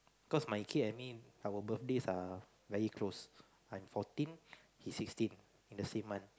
cause my kid I mean our birthdays are very close I'm fourteen he's sixteen in the same month